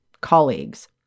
colleagues